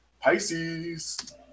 Pisces